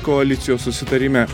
koalicijos susitarime